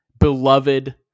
beloved